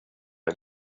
och